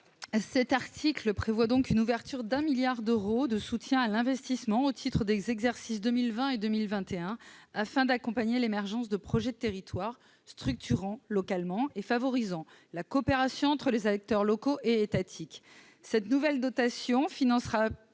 L'article 9 prévoit l'ouverture de 1 milliard d'euros de soutien à l'investissement au titre des exercices 2020 et 2021, afin d'accompagner l'émergence de projets de territoires structurant localement et favorisant la coopération entre les acteurs locaux et étatiques. Cette nouvelle dotation financera